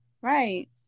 right